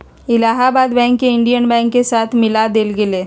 Allahabad bank के Indian bank के साथ मिला देल गेले